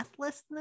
mathlessness